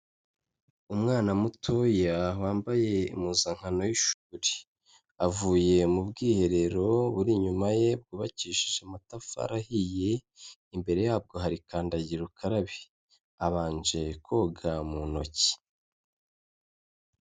Umwana mutoya wambaye impuzankano y'ishuri, avuye mu bwiherero buri inyuma ye, bwubakishije amatafari ahiye, imbere yabwo hari kandagira ukarabe, abanje koga mu ntoki.